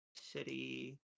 City